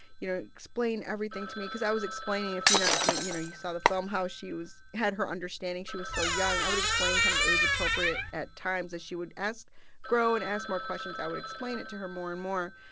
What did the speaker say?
you know, explain everything to me cause i was explaining if you've not seen you know you saw the film how she was had her understanding. she was so young, i would explain kind of age appropriate at times. as she would ask grow and ask more questions, i would explain it to her more and more.